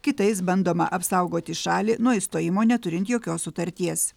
kitais bandoma apsaugoti šalį nuo išstojimo neturint jokios sutarties